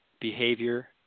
behavior